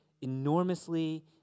enormously